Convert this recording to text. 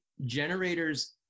generators